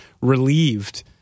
relieved